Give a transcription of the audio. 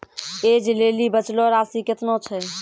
ऐज लेली बचलो राशि केतना छै?